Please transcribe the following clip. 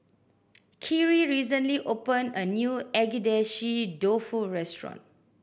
Khiry recently opened a new Agedashi Dofu restaurant